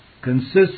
consists